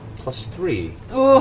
plus three.